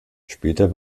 später